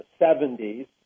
70s